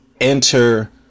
enter